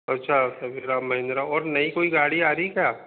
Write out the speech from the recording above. अच्छा टवेरा महिंद्रा और नई कोई गाड़ी आ रही है क्या